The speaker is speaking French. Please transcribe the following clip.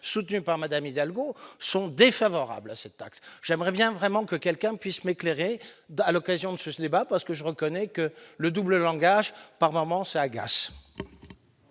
soutenus par Madame Hidalgo sont défavorables à cette taxe, j'aimerai bien vraiment que quelqu'un puisse m'éclairer à l'occasion de ce débat parce que je reconnais que le double langage par moment ça agace.